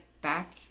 back